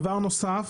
דבר נוסף,